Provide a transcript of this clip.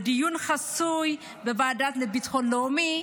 לדיון חסוי בוועדה לביטחון לאומי,